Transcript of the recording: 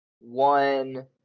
one